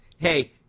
Hey